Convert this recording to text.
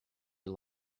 you